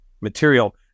material